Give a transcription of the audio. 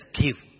give